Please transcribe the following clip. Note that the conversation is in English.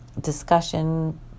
Discussion